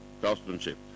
craftsmanship